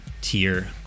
tier